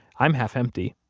i'm half empty.